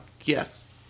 Yes